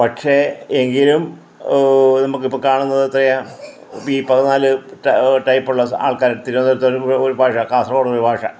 പക്ഷേ എങ്കിലും ഒരു നമുക്ക് ഇപ്പം കാണുന്നത് എത്രയാണ് ഇപ്പം ഈ പതിനാല് ടൈ ടൈപ്പുള്ള ആൾക്കാർ തിരുവനന്തപുരത്ത് ഒരു ഭാഷ കാസർകോടൊരു ഭാഷ